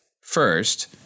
First